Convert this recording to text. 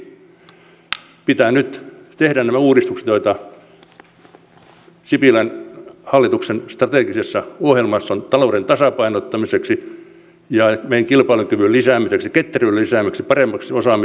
suomessakin pitää nyt tehdä nämä uudistukset joita sipilän hallituksen strategisessa ohjelmassa on talouden tasapainottamiseksi ja meidän kilpailukyvyn lisäämiseksi ketteryyden lisäämiseksi paremmaksi osaamiseksi suomessa